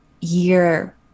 year